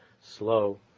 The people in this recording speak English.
slow